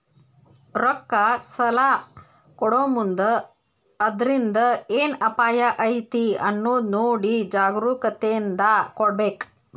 ರೊಕ್ಕಾ ಸಲಾ ಕೊಡೊಮುಂದ್ ಅದ್ರಿಂದ್ ಏನ್ ಅಪಾಯಾ ಐತಿ ಅನ್ನೊದ್ ನೊಡಿ ಜಾಗ್ರೂಕತೇಂದಾ ಕೊಡ್ಬೇಕ್